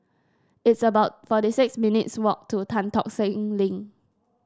it's about forty six minutes' walk to Tan Tock Seng Link